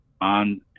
on